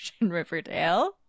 Riverdale